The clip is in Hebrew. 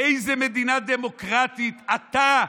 באיזו מדינה דמוקרטית אתה,